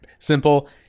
Simple